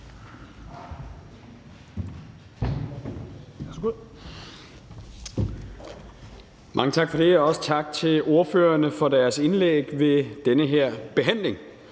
Mange tak for det. Og også tak til ordførerne for deres indlæg ved den her behandling.